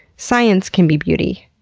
science can be beauty.